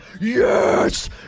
Yes